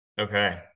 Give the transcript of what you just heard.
okay